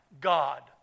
God